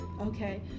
okay